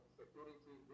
security